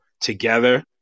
together